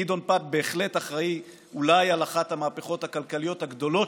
גדעון פת בהחלט אחראי אולי לאחת המהפכות הכלכליות הגדולות,